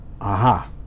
aha